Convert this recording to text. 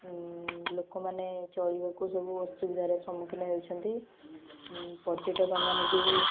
ଲୋକମାନେ ଚଳିବାକୁ ସବୁ ଅସୁବିଧାରେ ସମୁଖୀନ ହେଉଛନ୍ତି ପର୍ଯ୍ୟଟକମାନେ ଯୋଗୁଁ